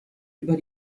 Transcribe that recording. über